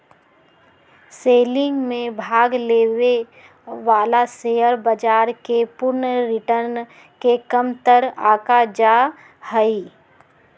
selling में भाग लेवे वाला शेयर बाजार के पूर्ण रिटर्न के कमतर आंका जा हई